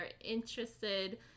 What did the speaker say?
interested